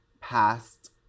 past